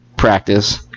practice